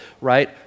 right